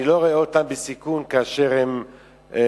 אני לא רואה אותם בסיכון כאשר הם עובדים,